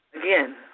Again